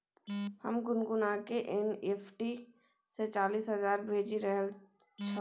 हम गुनगुनकेँ एन.ई.एफ.टी सँ चालीस हजार भेजि रहल छलहुँ